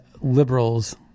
liberals